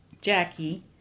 Jackie